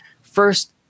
first